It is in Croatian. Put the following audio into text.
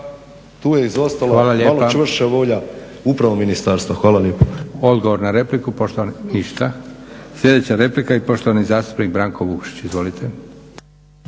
tu izostala malo čvršća volja upravo ministarstva. Hvala lijepa. **Leko, Josip (SDP)** Hvala lijepa. Sljedeća replika i poštovani zastupnik Branko Vukšić. Izvolite.